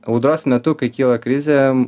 audros metu kai kyla krizė